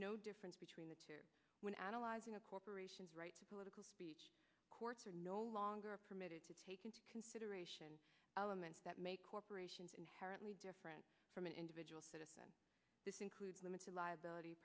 no difference between the two when analyzing a corporation's right to political speech courts are no longer permitted to take into consideration elements that make corporations inherently different from an individual citizen this includes limited liability